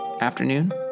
afternoon